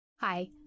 Hi